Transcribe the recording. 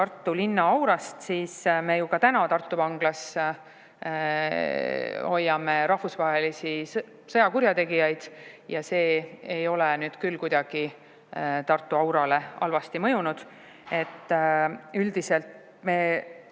Tartu linna aurast, siis me ju ka täna hoiame Tartu vanglas rahvusvahelisi sõjakurjategijaid ja see ei ole küll kuidagi Tartu aurale halvasti mõjunud. Üldiselt me